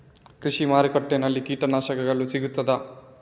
ಕೃಷಿಮಾರ್ಕೆಟ್ ನಲ್ಲಿ ಕೀಟನಾಶಕಗಳು ಸಿಗ್ತದಾ?